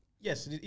Yes